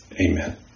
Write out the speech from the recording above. Amen